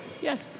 Yes